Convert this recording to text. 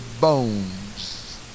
bones